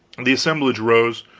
the assemblage rose,